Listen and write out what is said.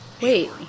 Wait